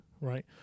right